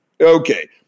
Okay